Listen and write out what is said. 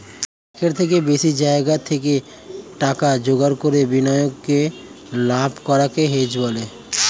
একের থেকে বেশি জায়গা থেকে টাকা জোগাড় করে বিনিয়োগে লাভ করাকে হেজ বলে